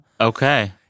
Okay